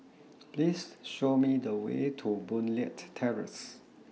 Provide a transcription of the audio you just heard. Please Show Me The Way to Boon Leat Terrace